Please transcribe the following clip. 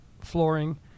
flooring